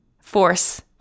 force